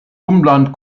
umland